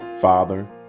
Father